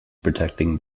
protecting